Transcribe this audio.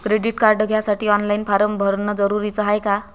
Credit card घ्यासाठी online form भरन जरुरीच हाय का?